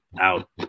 out